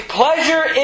pleasure